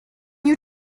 you